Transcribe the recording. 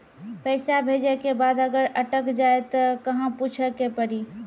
पैसा भेजै के बाद अगर अटक जाए ता कहां पूछे के पड़ी?